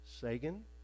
Sagan